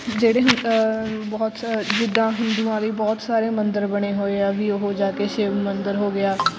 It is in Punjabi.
ਜਿਹੜੇ ਬਹੁਤ ਜਿੱਦਾਂ ਹਿੰਦੂਆਂ ਲਈ ਬਹੁਤ ਸਾਰੇ ਮੰਦਰ ਬਣੇ ਹੋਏ ਆ ਵੀ ਉਹ ਜਾ ਕੇ ਸ਼ਿਵ ਮੰਦਰ ਹੋ ਗਿਆ